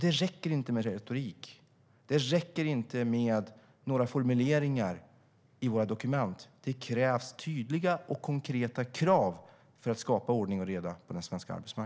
Det räcker inte med retorik och formuleringar i några dokument, utan det krävs tydliga och konkreta krav för att skapa ordning och reda på den svenska arbetsmarknaden.